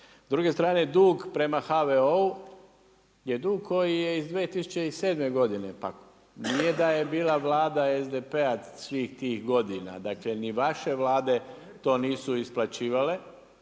S druge strane dug prema HVO-u je dug koji je iz 2007. godine. Pa nije da je bila Vlada SDP-a svih tih godina, dakle ni vaše Vlade to nisu isplaćivale